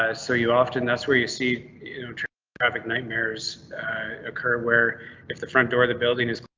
ah so you often that's where you see traffic nightmares occur where if the front door of the building is.